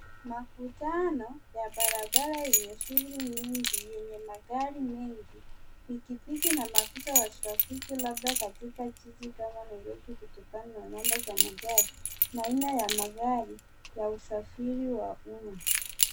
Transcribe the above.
Makutano ya barabara yenye shughuli nyingi, yenye magari mengi. Pikipiki na maafisa wa trafiki labda katika jiji kama Nairobi kutokana na namba za magari na aina ya magari ya usafiri wa umma.